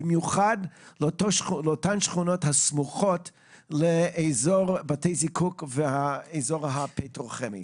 במיוחד לאותן שכונות הסמוכות לאזור בתי הזיקוק והאזור הפטרוכימי.